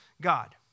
god